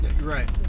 Right